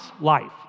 life